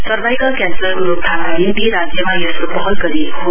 cervical क्यान्सरको रोकथामका निम्ति राज्यमा यस्तो पहल गरिएको हो